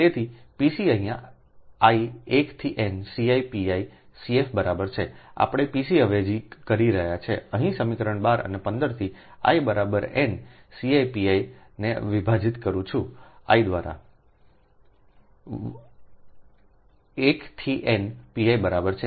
તેથી Pc અહીં i 1 થી n Ci Pi CF બરાબર છે આપણે Pc અવેજી કરી રહ્યા છીએ અહીં સમીકરણ 12 અને 15 થી i બરાબર n Ci Pi ને વિભાજિત કરું છું I દ્વારા 1 થી n P i બરાબર છે